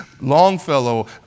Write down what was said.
Longfellow